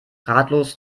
ratlos